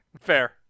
Fair